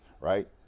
Right